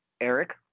Eric